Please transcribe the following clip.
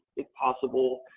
if possible.